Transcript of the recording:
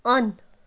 on